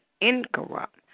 incorrupt